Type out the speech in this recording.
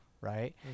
right